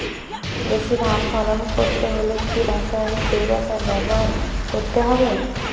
বেশি ধান ফলন করতে হলে কি রাসায়নিক জৈব সার ব্যবহার করতে হবে?